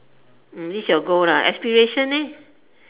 this your goal lah aspiration leh